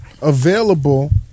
available